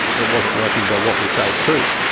it wasn't working but what we say is true.